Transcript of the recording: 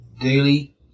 daily